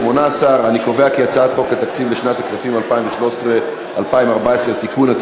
18. אני קובע כי חוק התקציב לשנות הכספים 2013 ו-2014 (תיקון),